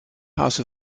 house